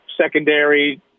secondary